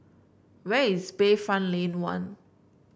where is Bayfront Lane One